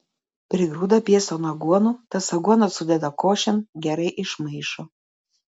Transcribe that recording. prigrūda pieston aguonų tas aguonas sudeda košėn gerai išmaišo